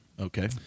Okay